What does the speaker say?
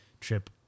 trip